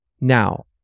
now